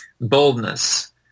boldness